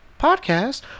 Podcast